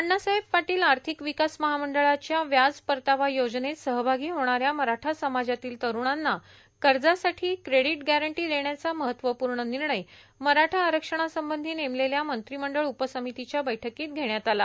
अण्णासाहेब पाटील आर्थिक विकास महामंडळाच्या व्याज परतावा योजनेत सहभागी होणाऱ्या मराठा समाजातील तरुणांना कर्जासाठी क्रेडिट गॅरंटी देण्याचा महत्त्वपूर्ण निर्णय मराठा आरक्षणासबंधी नेमलेल्या मंत्रिमंडळ उपसमितीच्या बैठकीत घेण्यात आला